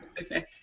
Okay